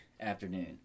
afternoon